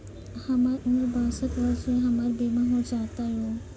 हमर उम्र बासठ वर्ष या हमर बीमा हो जाता यो?